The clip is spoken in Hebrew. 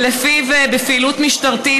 ולפיו בפעילות משטרתית,